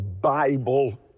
Bible